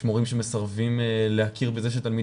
יש מורים שמסרבים להכיר בזה שתלמיד